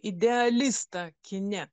idealistą kine